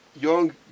young